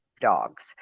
dogs